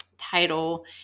title